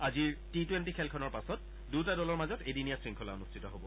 আজিৰ T twenty খেলখনৰ পাছত দুয়োটা দলৰ মাজত এদিনীয়া শৃংখলা অনুষ্ঠিত হব